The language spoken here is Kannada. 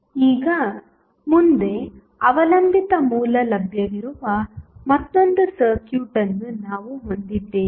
ಈಗ ಮುಂದೆ ಅವಲಂಬಿತ ಮೂಲ ಲಭ್ಯವಿರುವ ಮತ್ತೊಂದು ಸರ್ಕ್ಯೂಟ್ ಅನ್ನು ನಾವು ಹೊಂದಿದ್ದೇವೆ